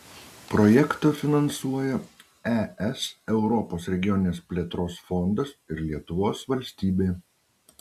projektą finansuoja es europos regioninės plėtros fondas ir lietuvos valstybė